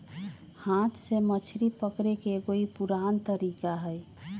हाथ से मछरी पकड़े के एगो ई पुरान तरीका हई